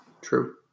True